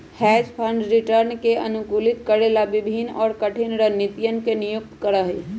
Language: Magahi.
हेज फंड रिटर्न के अनुकूलित करे ला विभिन्न और कठिन रणनीतियन के नियुक्त करा हई